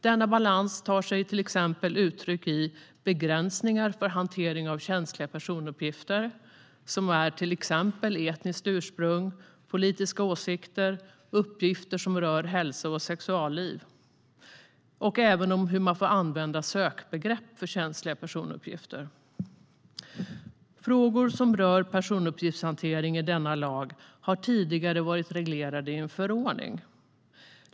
Denna balans tar sig till exempel uttryck i begränsningar för hantering av känsliga personuppgifter - det är till exempel etniskt ursprung, politiska åsikter och uppgifter som rör hälsa och sexualliv - och även hur man får använda sökbegrepp för känsliga personuppgifter. Frågor som rör personuppgiftshantering i denna lag har tidigare varit reglerade i en förordning.